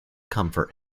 comfort